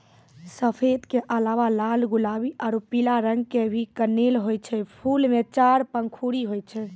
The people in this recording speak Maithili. सफेद के अलावा लाल गुलाबी आरो पीला रंग के भी कनेल होय छै, फूल मॅ चार पंखुड़ी होय छै